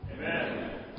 Amen